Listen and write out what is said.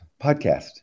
podcast